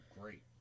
great